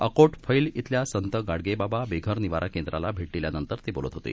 अकोट फैल इथल्या संत गाडगेबाबा बेघर निवारा केंद्राला भेट दिल्यानंतर ते बोलत होते